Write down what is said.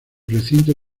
recinto